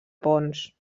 pons